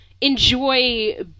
enjoy